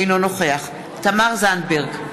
אינו נוכח תמר זנדברג,